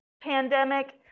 pandemic